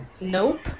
Nope